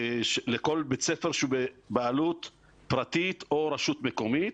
לכל בית ספר שהוא בבעלות פרטית או רשות מקומית.